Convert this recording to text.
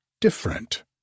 different